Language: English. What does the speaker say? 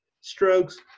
strokes